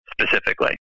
specifically